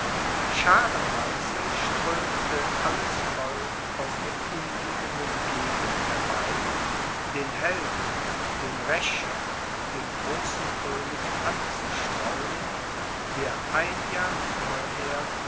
schaarenweise strömte alles volk aus der umliegenden gegend herbei den helden den rächer den großen könig anzustaunen der ein jahr vorher